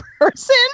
person